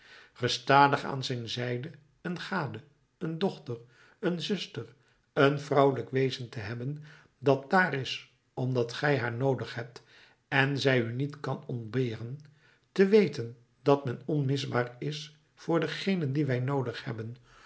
gestadig aan zijn zijde een gade een dochter een zuster een vrouwelijk wezen te hebben dat daar is omdat gij haar noodig hebt en zij u niet kan ontberen te weten dat men onmisbaar is voor degene die wij noodig hebben